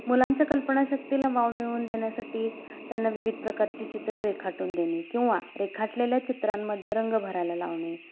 मुलांच्या कल्पनाशक्तीला वाव मिळून देण्यासाठी त्यांना विविध प्रकारचे चित्र रेखाटून देणे किंवा रेखाटलेल्या चित्रांमध्ये रंग भरायला लावणे